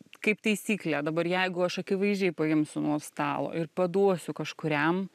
kaip taisyklė dabar jeigu aš akivaizdžiai paimsiu nuo stalo ir paduosiu kažkuriam